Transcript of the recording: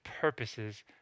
purposes